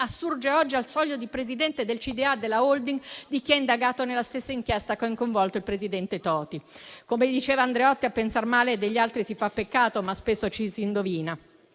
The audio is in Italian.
assurge oggi al soglio di presidente del consiglio di amministrazione della *holding* di chi è indagato nella stessa inchiesta che ha coinvolto il presidente Toti. Come diceva Andreotti, a pensar male degli altri si fa peccato, ma spesso ci si indovina.